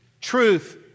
truth